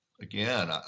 again